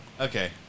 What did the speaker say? Okay